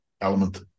element